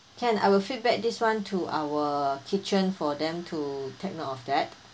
can I will feedback this one to our kitchen for them to take note of that